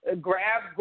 grab